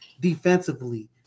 defensively